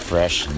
fresh